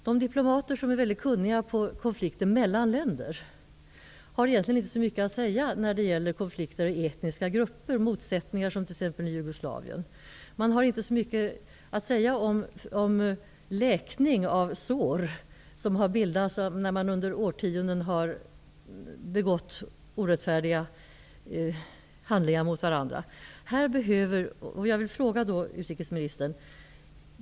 De diplomater som är mycket kunniga om konflikter mellan länder har egentligen inte så mycket att säga när det gäller konflikter och motsättningar mellan etniska grupper, som t.ex. i Jugoslavien. De kan inte göra så mycket åt ''läkningen av såren'' efter årtionden av orättfärdiga handlingar.